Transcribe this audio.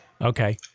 Okay